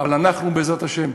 אבל אנחנו, בעזרת השם,